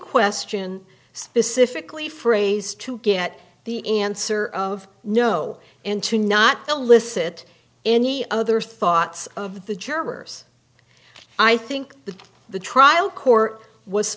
question specifically phrase to get the answer of no and to not the licit any other thoughts of the jurors i think that the trial court was